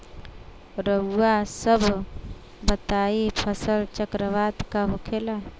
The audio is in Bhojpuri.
रउआ सभ बताई फसल चक्रवात का होखेला?